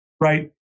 Right